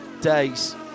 days